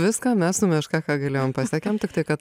viską mes su meška ką galėjom pasiekėm tiktai kad